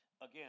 Again